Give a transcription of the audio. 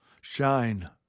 Shine